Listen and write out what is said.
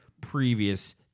previous